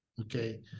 okay